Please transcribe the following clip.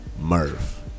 Murph